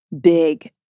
big